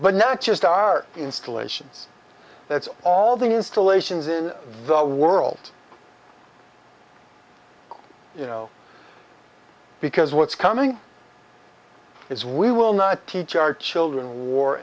but not just our installations it's all the installations in the world you know because what's coming is we will not teach our children war